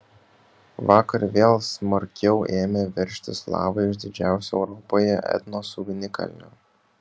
vakar vėl smarkiau ėmė veržtis lava iš didžiausio europoje etnos ugnikalnio